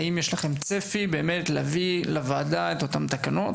האם יש לכם צפי באמת להביא לוועדה את אותן תקנות?